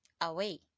away